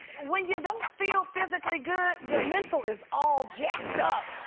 when you don't feel physically good, your mental is all jacked up!